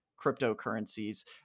cryptocurrencies